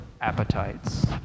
appetites